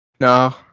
No